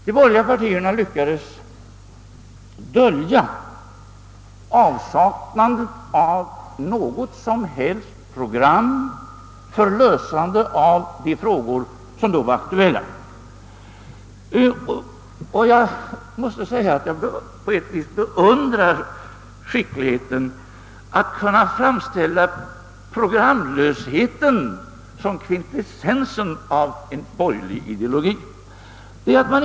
De borgerliga partierna lyckades dölja avsaknaden av något som helst program för lösande av de frågor som då var aktuella. Jag måste säga, att jag på ett sätt beundrar skick ligheten i att kunna framställa programlösheten som kvintessensen av en borgerlig ideologi.